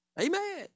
Amen